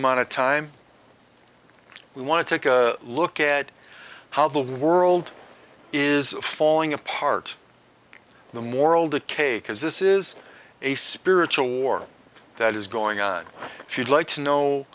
amount of time we want to take a look at how the world is falling apart the moral decay because this is a spiritual war that is going on if you'd like to know